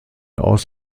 aus